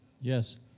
yes